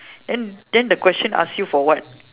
then then the question ask you for what